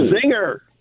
Singer